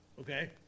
Okay